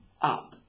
up